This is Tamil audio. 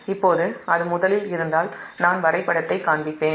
இப்போது அது முதலில் இருந்தால் நான் இணைப்பு வரைபடத்தைக் காண்பிப்பேன்